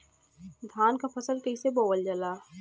धान क फसल कईसे बोवल जाला?